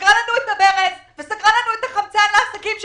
שסגרה את החמצן לעסקים שלנו,